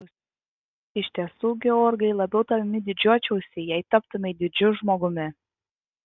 iš tiesų georgai labiau tavimi didžiuočiausi jei taptumei didžiu žmogumi